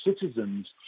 citizens